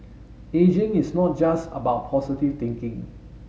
ageing is not just about positive thinking